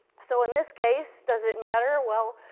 so in this case, does it matter? well,